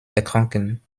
erkranken